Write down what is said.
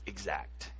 exact